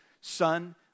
son